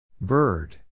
Bird